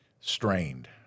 strained